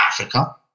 africa